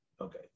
okay